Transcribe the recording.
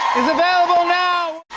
is available now.